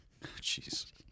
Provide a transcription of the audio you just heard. Jeez